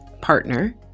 partner